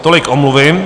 Tolik omluvy.